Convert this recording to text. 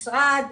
משרד,